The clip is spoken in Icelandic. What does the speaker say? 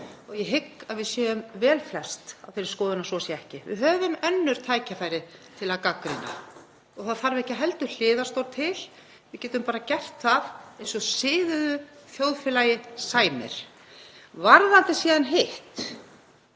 Ég hygg að við séum vel flest á þeirri skoðun að svo sé ekki. Við höfum önnur tækifæri til að gagnrýna. Og það þarf ekki heldur hliðarsal til. Við getum bara gert það eins og siðuðu þjóðfélagi sæmir. Varðandi síðan hitt,